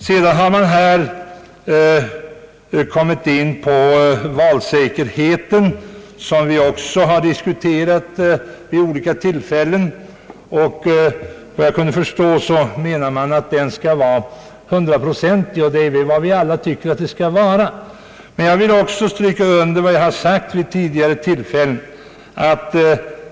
Vidare har man kommit in på valsäkerheten som vi också diskuterat vid olika tillfällen. Såvitt jag kan förstå menar man att den skall vara 100-procentig, och det vill vi väl alla. Men jag vill också stryka under vad jag sagt vid tidigare tillfällen.